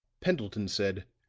pendleton said